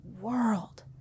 world